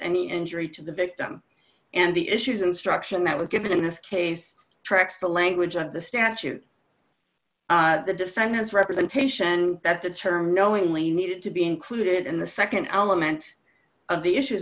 any injury to the victim and the issues instruction that was given in this case tracks the language of the statute the defendant's representation and that the term knowingly needed to be included in the nd element of the issues